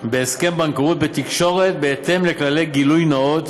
הבנקאי בהסכם בנקאות בתקשורת בהתאם לכללי גילוי נאות